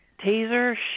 Taser